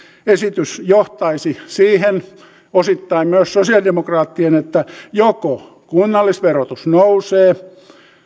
esitys johtaisi siihen osittain myös sosialidemokraattien että joko kunnallisverotus nousee